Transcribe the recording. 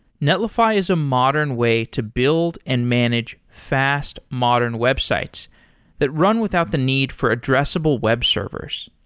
netlify is a modern way to build and manage fast modern websites that run without the need for addressable web servers.